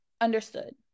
understood